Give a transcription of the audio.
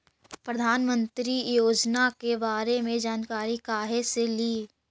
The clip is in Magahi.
प्रधानमंत्री योजना के बारे मे जानकारी काहे से ली?